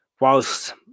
whilst